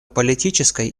политической